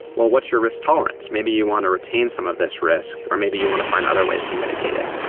well, what's your risk tolerance? maybe you want to retain some of this risk. or maybe you want to find other ways to mitigate it?